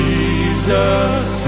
Jesus